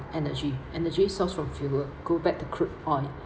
energy energy source from fuel go back to crude oil